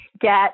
get